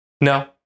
No